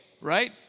Right